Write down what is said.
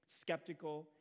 skeptical